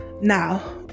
now